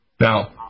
Now